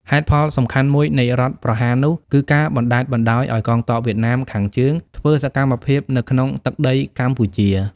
ហេតុផលសំខាន់មួយនៃរដ្ឋប្រហារនោះ គឺការបណ្តែតបណ្តោយឱ្យកងទ័ពវៀតណាមខាងជើងធ្វើសកម្មភាពនៅក្នុងទឹកដីកម្ពុជា។